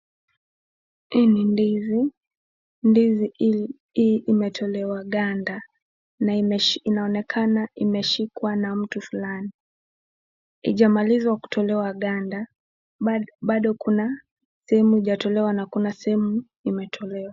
Hii ni ndizi. Ndizi hii imetolewa ganda na inaonekana imeshikwa na mtu fulani. Haijamaliza kutolewa ganda bado kuna sehemu hujatolewa na kuna sehemu imetolewa.